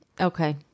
okay